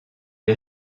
est